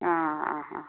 ആ ആ ആ